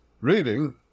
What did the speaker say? reading